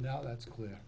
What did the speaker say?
now that's clear